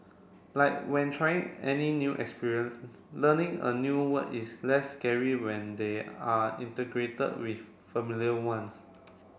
like when trying any new experience learning a new word is less scary when they are integrated with familiar ones